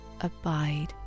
abide